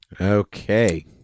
Okay